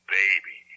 baby